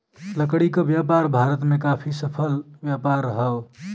लकड़ी क व्यापार भारत में काफी सफल व्यापार हौ